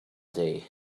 day